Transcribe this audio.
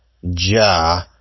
ja